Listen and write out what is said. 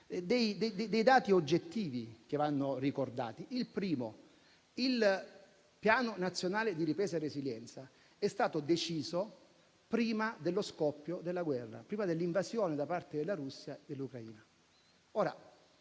dei dati oggettivi che vanno ricordati. Il primo: il Piano nazionale di ripresa e resilienza è stato deciso prima dello scoppio della guerra, prima dell'invasione da parte della Russia dell'Ucraina.